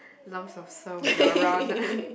lumps of soil when you are around